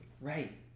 Right